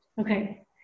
okay